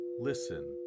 listen